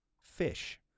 fish